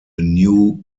new